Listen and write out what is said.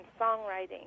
songwriting